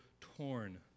torn